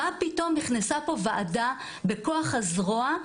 מה פתאום נכנסה פה ועדה בכוח הזרוע,